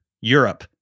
Europe